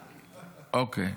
אוקיי.